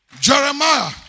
Jeremiah